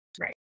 Right